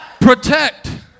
protect